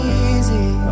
easy